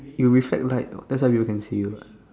you reflect light that's why people can see you what